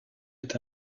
est